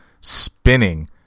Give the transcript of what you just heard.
Spinning